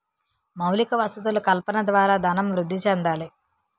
మౌలిక వసతులు కల్పన ద్వారా ధనం వృద్ధి చెందాలి